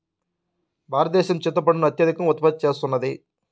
భారతదేశం చింతపండును అత్యధికంగా ఉత్పత్తి చేస్తున్నది